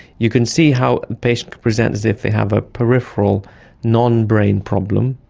you can see how a patient could present as if they have a peripheral non-brain problem,